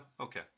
Okay